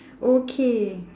okay